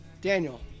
daniel